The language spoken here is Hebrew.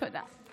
תודה.